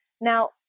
Now